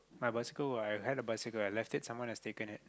my bicycle I have the bicycle left it someone was just taken it